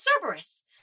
Cerberus